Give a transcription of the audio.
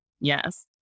Yes